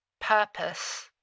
purpose